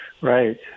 Right